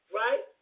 right